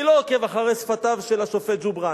אני לא עוקב אחרי שפתיו של השופט ג'ובראן.